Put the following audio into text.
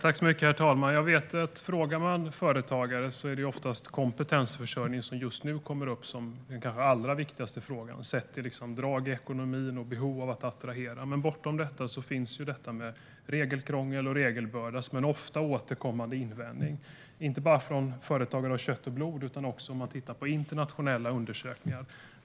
Herr talman! Frågar man företagare är det oftast kompetensförsörjning som just nu kommer upp som den kanske allra viktigaste frågan sett till drag i ekonomin och behov av att kunna attrahera. Men bortom detta finns regelkrångel och regelbörda som en ofta återkommande invändning, inte bara från företagare av kött och blod utan också när man tittar på internationella undersökningar.